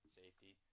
safety